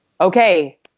okay